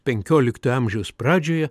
penkiolikto amžiaus pradžioje